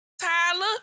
Tyler